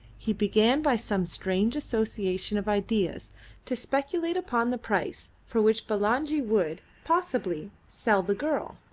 he began by some strange association of ideas to speculate upon the price for which bulangi would, possibly, sell the girl.